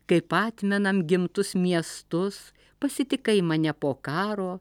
kaip atmenam gimtus miestus pasitikai mane po karo